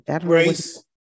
Grace